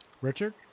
Richard